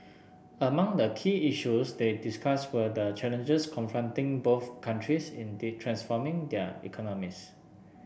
among the key issues they discussed were the challenges confronting both countries in the transforming their economies